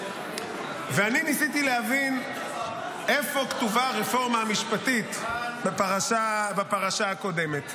ניסיתי להבין איפה כתובה הרפורמה המשפטית בפרשה הקודמת.